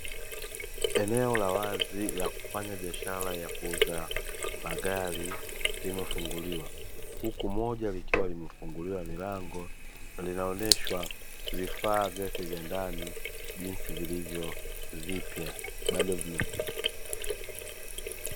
Eneo la wazi la kufanya biashara ya kuuza magari limefunguliwa, huku moja likiwa limefunguliwa milango likiwa linaonyeshwa vifaa vyote vya ndani jinsi vilivyo vipya.